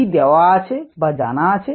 কি দেওয়া আছে বা জানা আছে